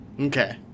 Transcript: Okay